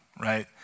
right